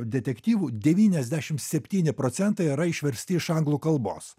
detektyvų devyniasdešimt septyni procentai yra išversti iš anglų kalbos